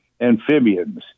amphibians